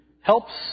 Helps